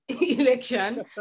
election